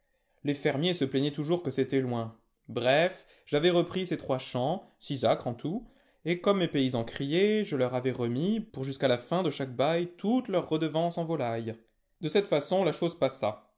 les fermiers se plaignaient toujours que c'était loin bref j'avais repris ces trois champs six acres en tout et comme mes paysans criaient je leur avais remis pour jusqu'à la fin de chaque bail toutes leurs redevances en volailles de cette façon la chose passa